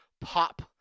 pop